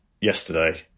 yesterday